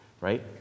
right